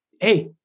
Hey